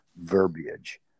verbiage